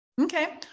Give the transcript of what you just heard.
okay